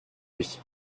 lui